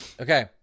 Okay